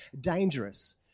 dangerous